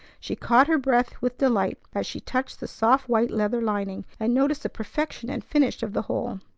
she caught her breath with delight as she touched the soft white leather lining, and noticed the perfection and finish of the whole.